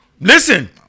Listen